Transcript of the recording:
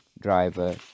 Driver